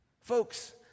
Folks